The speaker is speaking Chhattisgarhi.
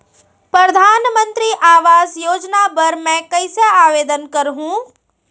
परधानमंतरी आवास योजना बर मैं कइसे आवेदन करहूँ?